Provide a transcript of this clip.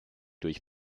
durch